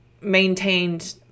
maintained